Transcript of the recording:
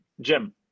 Jim